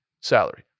salary